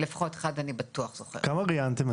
את זוכרת כמה ראיינתם?